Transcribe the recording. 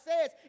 says